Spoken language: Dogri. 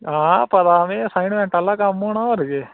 हां पता में असाइनमेंट आह्ला कम्म होना होर केह्